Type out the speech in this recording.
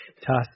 toss